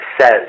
says